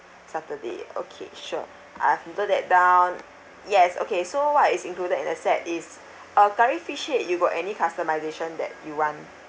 saturday okay sure I've noted that down yes okay so what is included in the set is uh curry fish head you got any customisation that you want